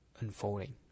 unfolding